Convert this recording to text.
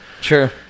Sure